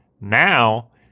now